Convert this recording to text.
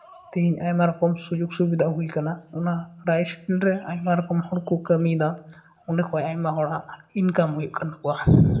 ᱛᱮᱦᱤᱧ ᱟᱭᱢᱟ ᱨᱚᱠᱚᱢ ᱥᱩᱡᱳᱜᱽ ᱥᱩᱵᱤᱫᱷᱟ ᱦᱩᱭ ᱟᱠᱟᱱᱟ ᱚᱱᱟ ᱨᱟᱭᱤᱥ ᱢᱤᱞ ᱨᱮ ᱟᱭᱢᱟ ᱨᱚᱠᱚᱢ ᱦᱚᱲᱠᱚ ᱠᱟᱹᱢᱤᱭᱮᱫᱟ ᱚᱸᱰᱮ ᱠᱷᱚᱡ ᱟᱭᱢᱟ ᱦᱚᱲᱟᱜ ᱤᱱᱠᱟᱢ ᱦᱩᱭᱩᱜ ᱠᱟᱱ ᱛᱟᱠᱚᱣᱟ